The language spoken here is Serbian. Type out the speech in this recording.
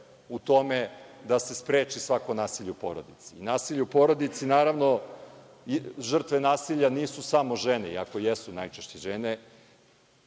u tome da se spreči svako nasilje u porodici. Nasilje u porodici naravno i žrtve nasilja nisu samo žene, i ako jesu samo najčešće žene,